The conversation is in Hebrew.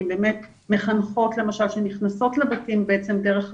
מחנכות למשל שנכנסות לבתים דרך הזום,